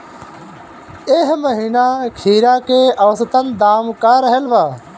एह महीना खीरा के औसत दाम का रहल बा?